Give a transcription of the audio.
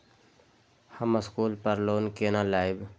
हम स्कूल पर लोन केना लैब?